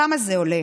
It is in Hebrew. כמה זה עולה?